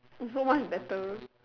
so much better